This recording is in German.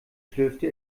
schlürfte